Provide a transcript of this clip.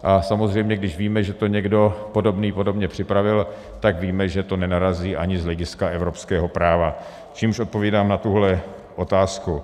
A samozřejmě, když víme, že to někdo podobný podobně připravil, tak víme, že to nenarazí ani z hlediska evropského práva, čímž odpovídám na tuhle otázku.